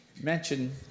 mention